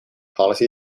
policy